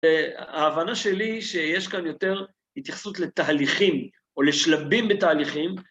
ההבנה שלי, שיש כאן יותר התייחסות לתהליכים או לשלבים בתהליכים,